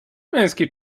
męski